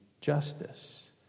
justice